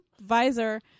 visor